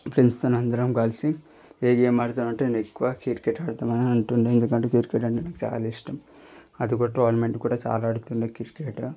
ఫ్రెండ్స్తో అందరం కలిసి ఏ గేమ్ ఆడతాం అంటే నేను ఎక్కువ క్రికెట్ ఆడతాం అని అంటుండే ఎందుకంటే క్రికెట్ అంటే నాకు చాలా ఇష్టం అది కూడ టోర్నమెంట్ కూడ చాలా ఆడుతుండే క్రికెట్